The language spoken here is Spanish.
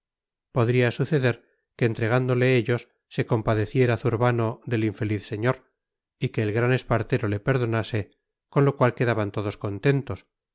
podría suceder que entregándole ellos se compadeciera zurbano del infeliz señor y que el gran espartero le perdonase con lo cual quedaban todos contentos